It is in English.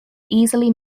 easily